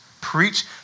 preach